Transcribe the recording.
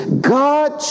God